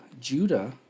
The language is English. judah